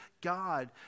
God